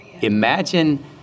imagine